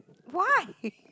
why